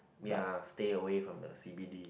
ya stay away from the C_B_D